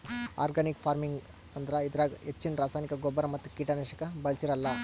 organic farming ಅಂದ್ರ ಇದ್ರಾಗ್ ಹೆಚ್ಚಿನ್ ರಾಸಾಯನಿಕ್ ಗೊಬ್ಬರ್ ಮತ್ತ್ ಕೀಟನಾಶಕ್ ಬಳ್ಸಿರಲ್ಲಾ